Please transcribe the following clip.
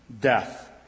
death